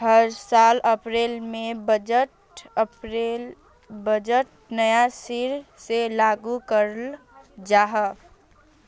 हर साल अप्रैलोत बजटोक नया सिरा से लागू कराल जहा